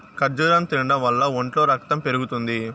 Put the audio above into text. ఖర్జూరం తినడం వల్ల ఒంట్లో రకతం పెరుగుతుంది